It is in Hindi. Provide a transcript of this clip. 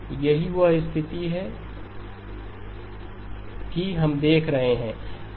यही वह स्थिति है कि हम देख रहे हैं